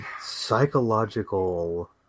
psychological